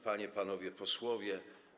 Panie i Panowie Posłowie!